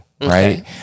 Right